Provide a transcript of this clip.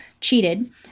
cheated